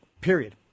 Period